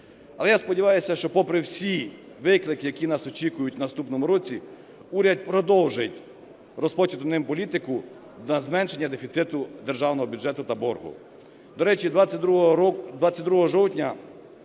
Але я сподіваюся, що попри всі виклики, які нас очікують в наступному році, уряд продовжить розпочату ним політику на зменшення дефіциту державного бюджету та боргу.